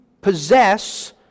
possess